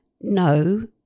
no